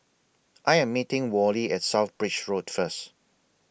I Am meeting Worley At South Bridge Road First